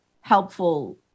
helpful